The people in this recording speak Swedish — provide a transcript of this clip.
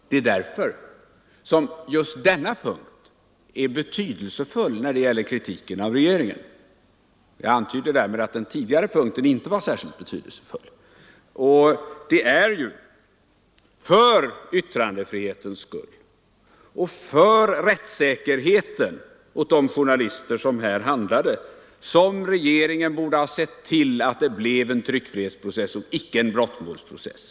Därför är just denna punkt betydelsefull när det gäller kritiken av regeringen. Det är ju för yttrandefrihetens skull, för att trygga rättssäkerheten för de journalister som här handlade, som regeringen borde ha sett till, att det blev en tryckfrihetsprocess och icke en brottmålsprocess.